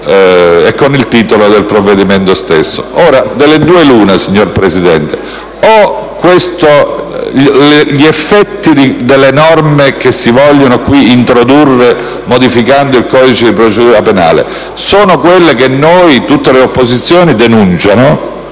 e con il titolo del provvedimento stesso. Delle due l'una, signor Presidente: o gli effetti delle norme che si vogliono qui introdurre modificando il codice di procedura penale sono quelli che tutte le opposizioni denunciano,